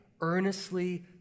earnestly